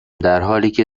درحالیکه